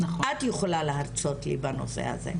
את יכולה להרצות לי בנושא הזה.